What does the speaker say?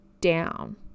down